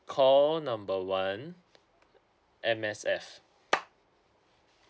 call number one M_S_F